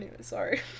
sorry